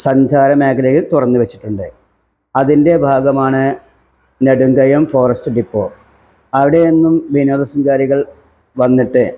സഞ്ചാരമേഖലയിൽ തുറന്ന് വച്ചിട്ടുണ്ട് അതിൻ്റെ ഭാഗമാണ് നെടുങ്കയം ഫോറസ്റ്റ് ഡിപ്പോ അവിടെ എന്നും വിനോദസഞ്ചാരികൾ വന്നിട്ട്